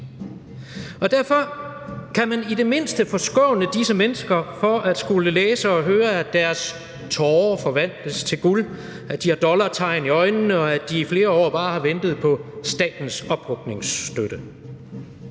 Og derfor kan man i det mindste forskåne disse mennesker for at skulle læse og høre, at deres tårer forvandles til guld, at de har dollartegn i øjnene, og at de i flere år bare har ventet på statens ophugningsstøtte.